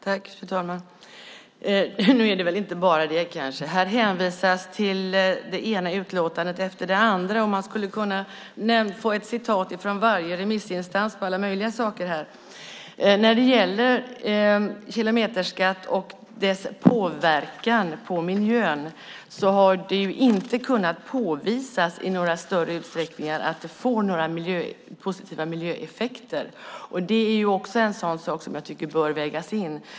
Fru talman! Nu är det väl inte bara det kanske. Här hänvisas till det ena utlåtandet efter det andra. Man skulle kunna få ett citat från varje remissinstans på alla möjliga saker här. När det gäller kilometerskatt och dess påverkan på miljön har det inte kunnat påvisas i någon större utsträckning att det får några positiva miljöeffekter. Det är också en sådan sak som jag tycker bör vägas in.